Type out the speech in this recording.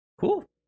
Cool